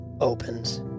opens